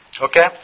Okay